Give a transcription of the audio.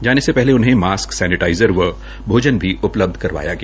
जाने से पहले उन्हें मास्क सैनेटाइज़र व भोजन भी उपलब्ध कराया गया